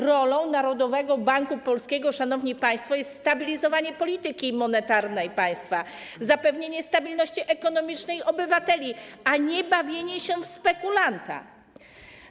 Rolą Narodowego Banku Polskiego, szanowni państwo, jest stabilizowanie polityki monetarnej państwa, zapewnienie stabilności ekonomicznej obywateli, a nie bawienie się w spekulanta.